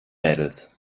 mädels